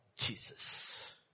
Jesus